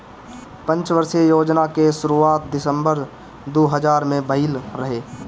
पंचवर्षीय योजना कअ शुरुआत दिसंबर दू हज़ार में भइल रहे